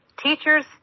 Teachers